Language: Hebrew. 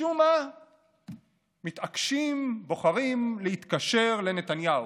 משום מה מתעקשים, בוחרים להתקשר לנתניהו.